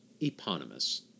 Eponymous